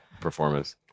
performance